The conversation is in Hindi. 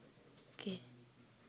कि